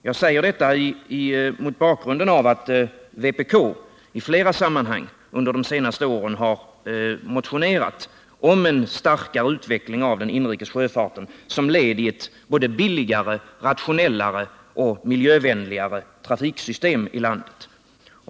Jag säger detta mot bakgrund av att vpk i flera sammanhang under de senaste åren har motionerat om en starkare utveckling av den inrikes sjöfarten som ett led i ett såväl billigare och rationellare som miljövänligare trafiksystem i landet.